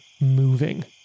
moving